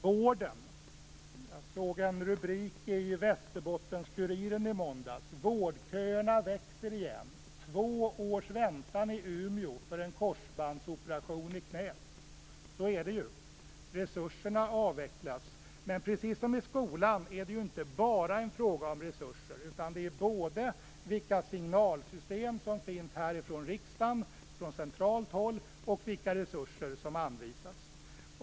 Jag övergår till vården. Jag såg i Västerbottens Kuriren i måndags en rubrik: Vårdköerna växer igen. Två års väntan i Umeå för en korsbandsoperation i knäet. Så är det ju. Resurserna avvecklas. Men precis som i skolan är det inte bara en fråga om resurser, utan det gäller både vilka system som finns för signaler härifrån riksdagen, från centralt håll, och vilka resurser som anvisas.